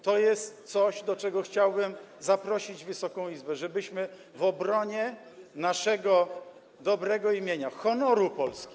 To jest coś, do czego chciałbym zaprosić Wysoką Izbę - żebyśmy w obronie naszego dobrego imienia, honoru Polski.